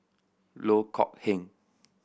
Loh Kok Heng